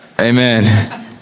Amen